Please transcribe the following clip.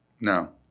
No